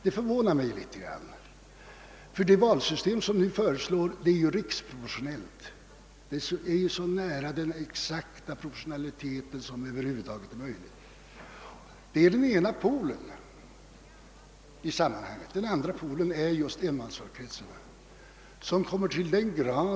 Det förvånar mig litet, eftersom det valsystem som nu föreslås är rent riksproportionellt. Det ligger så nära den exakta proportionaliteten som över huvud taget är möjligt. Det systemet är den ena extremen i valmetodsfamiljen.